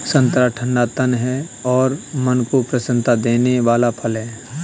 संतरा ठंडा तन और मन को प्रसन्नता देने वाला फल है